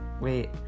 Wait